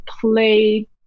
play